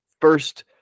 first